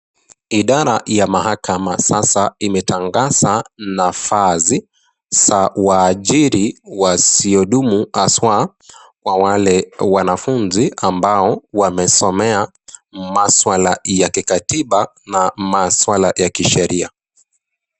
Idara ya mahakama sasa imetangaza nafasi za uwaajiri wasiodumu haswa kwa wale wanafunzi ambao wamesomea maswala ya kikatiba na maswala ya kisheria